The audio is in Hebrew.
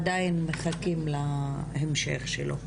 עדיין מחכים להמשך שלו,